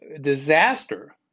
disaster